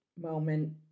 moment